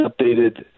updated